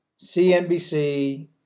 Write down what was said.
CNBC